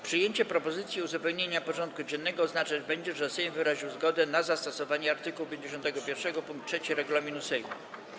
Przyjęcie propozycji uzupełnienia porządku dziennego oznaczać będzie, że Sejm wyraził zgodę na zastosowanie art. 51 pkt 3 regulaminu Sejmu.